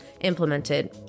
implemented